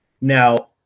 Now